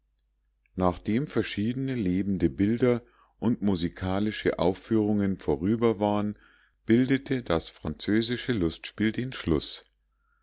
nachdem verschiedene lebende bilder und musikalische aufführungen vorüber waren bildete das französische lustspiel den schluß